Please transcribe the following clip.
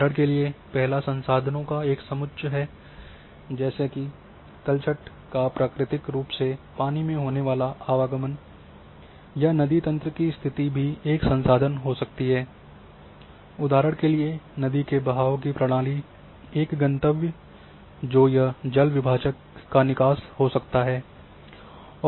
उदाहरण के लिए पहला संसाधनों का एक समुच्च है जैसे कि तलछट का प्राकृतिक रूप से पानी में होने वाला आवागमन या नदी तंत्र की स्तिथि भी एक संसाधन हो सकती है उदाहरण के लिए नदी के बहाव की प्रणाली एक गंतव्य जो यह जलविभाजक का निकास हो सकता है